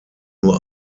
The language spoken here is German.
nur